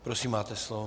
Prosím, máte slovo.